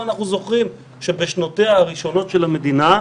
אנחנו זוכרים שבשנותיה הראשונות של המדינה,